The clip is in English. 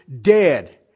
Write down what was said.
Dead